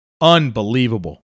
Unbelievable